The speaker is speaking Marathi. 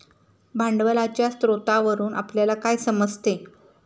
भांडवलाच्या स्रोतावरून आपल्याला काय समजते?